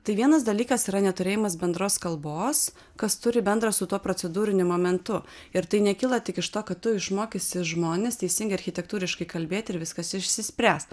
tai vienas dalykas yra neturėjimas bendros kalbos kas turi bendrą su tuo procedūriniu momentu ir tai nekyla tik iš to kad tu išmokysi žmones teisingai architektūriškai kalbėti ir viskas išsispręs